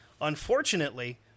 Unfortunately